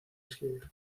escribir